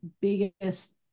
biggest